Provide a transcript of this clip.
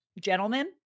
gentlemen